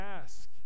ask